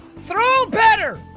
throw better!